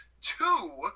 two